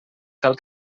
cal